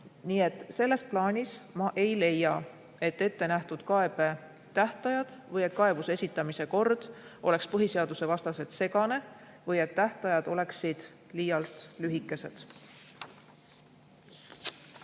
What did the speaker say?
Nii et selles plaanis ma ei leia, et ette nähtud kaebetähtajad või et kaebuse esitamise kord oleks põhiseadusevastaselt segane või et tähtajad oleksid liialt lühikesed.